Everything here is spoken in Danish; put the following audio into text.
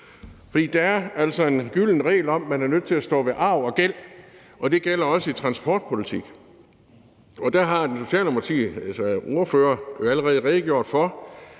for der er altså en gylden regel om, at man er nødt til at stå ved arv og gæld, og det gælder også i transportpolitik. Der har Socialdemokratiets ordfører allerede redegjort for,